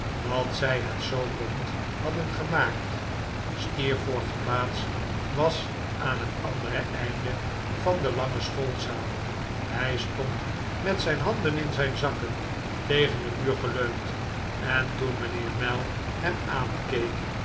sat zij het zoo bont hadden gemaakt steerforth's plaats was aan het andere einde van de lange schoolzaal hij stond met zijn handen in zijn zakkeh tegen den muur geleund en toen mijnheer mell